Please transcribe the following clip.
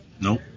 Nope